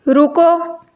ਰੁਕੋ